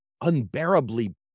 unbearably